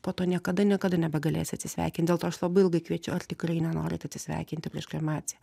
po to niekada niekada nebegalėsi atsisveikint dėl to aš labai ilgai kviečiu ar tikrai nenorit atsisveikinti prieš kremaciją